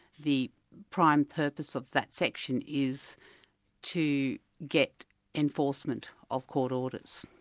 the prime purpose of that section is to get enforcement of court orders.